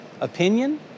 opinion